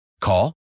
Call